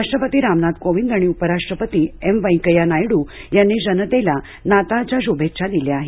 राष्ट्रपती रामनाथ कोविंद आणि उपराष्ट्रपती एम व्यंकय्या नायडू यांनी जनतेला नाताळच्या शुभेच्छा दिल्या आहेत